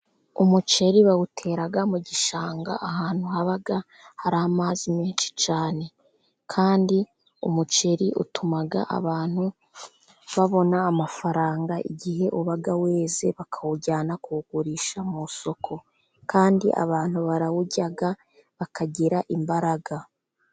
Umuceri bawutera mu gishanga ahantu haba hari amazi menshi cyane, kandi umuceri utuma abantu babona amafaranga igihe uba weze bakawujyana kuwugurisha mu isoko, kandi abantu barawurya bakagira imbaraga.